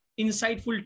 insightful